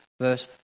verse